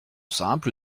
simple